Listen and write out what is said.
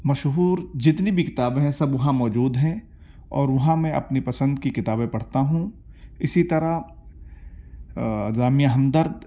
مشہور جتنی بھی کتابیں ہیں سب وہاں موجود ہیں اور وہاں میں اپنی پسند کی کتابیں پڑھتا ہوں اسی طرح جامعہ ہمدرد